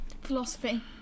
philosophy